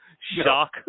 shock